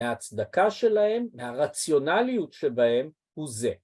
‫מההצדקה שלהם, ‫מהרציונליות שבהם, הוא זה.